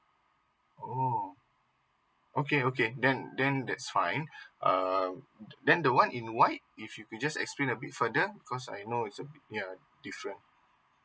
oh okay okay okay then then that's fine uh then the one in white if she could just explain a bit further cause I know it's uh we are you sure